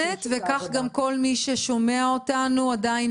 ואת מוזמנת וכך גם כל מי ששומע אותנו עדיין